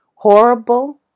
Horrible